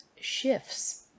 shifts